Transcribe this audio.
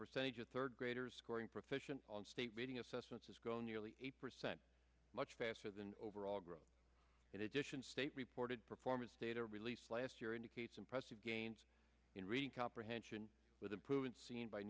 percentage of third graders scoring proficient on state reading assessments is go nearly a percent much faster than overall growth in addition state reported performance data release last year indicates impressive gains in reading comprehension with improvement seen by